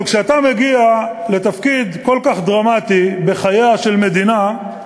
אבל כשאתה מגיע לתפקיד כל כך דרמטי בחייה של מדינה,